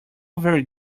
very